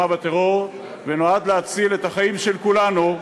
בטרור ונועד להציל את החיים של כולנו,